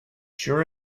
sure